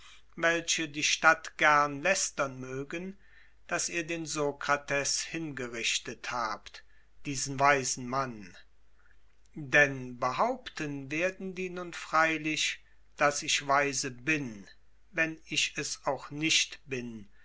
welche die stadt gern lästern mögen daß ihr den sokrates hingerichtet habt diesen weisen mann denn behaupten werden die nun freilich daß ich weise bin wenn ich es auch nicht bin